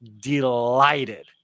delighted